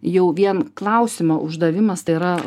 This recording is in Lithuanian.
jau vien klausimo uždavimas tai yra